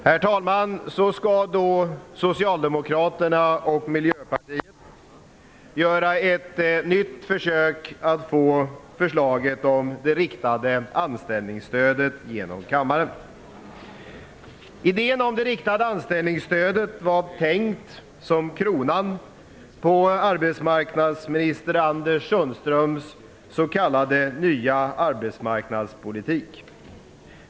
Herr talman! Så skall då Socialdemokraterna och Miljöpartiet göra ett nytt försök att få förslaget om det riktade anställningsstödet genom kammaren. Idén om det riktade anställningsstödet var tänkt som kronan på arbetsmarknadsminister Anders Sundströms s.k. nya arbetsmarknadspolitik.